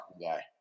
guy